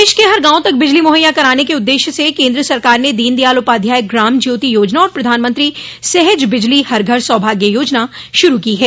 देश के हर गांव तक बिजली मुहैया कराने के उद्देश्य से केन्द्र सरकार ने दीन दयाल उपाध्याय ग्राम ज्योति योजना और प्रधानमंत्री सहज बिजली हर घर सौभाग्य योजना शुरू की हैं